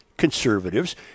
conservatives